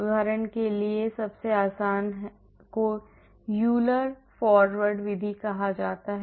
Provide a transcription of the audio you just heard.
उदाहरण के लिए सबसे आसान को यूलर फॉरवर्ड विधि कहा जाता है